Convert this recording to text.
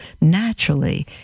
naturally